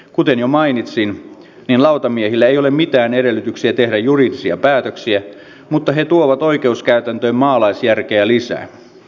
kuten jo mainitsin niin lautamiehillä ei ole mitään edellytyksiä tehdä juridisia päätöksiä mutta he tuovat oikeuskäytäntöön maalaisjärkeä lisää